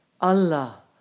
Allah